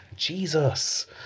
Jesus